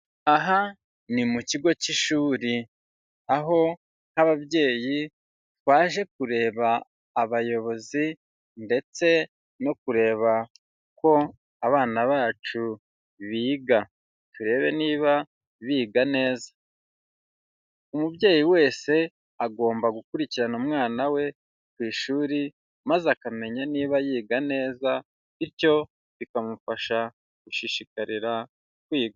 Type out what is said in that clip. Aha ni mu kigo cy'ishuri aho nk'ababyeyi twaje kureba abayobozi ndetse no kureba ko abana bacu biga, turebe niba biga neza. Umubyeyi wese agomba gukurikirana umwana we ku ishuri, maze akamenya niba yiga neza bityo bikamufasha gushishikarira kwiga.